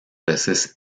veces